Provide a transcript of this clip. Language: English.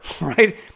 right